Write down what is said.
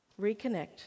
reconnect